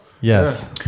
yes